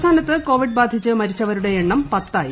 സംസ്ഥാനത്ത് കോവിഡ് ബാധിച്ച് മരിച്ചവരുടെ ന് എണ്ണം പത്തായി